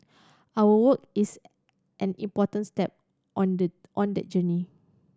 our work is an important step on the on that journey